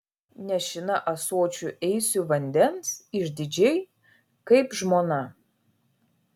nešina ąsočiu eisiu vandens išdidžiai kaip žmona